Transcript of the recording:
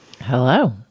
Hello